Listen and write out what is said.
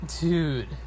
dude